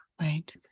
Right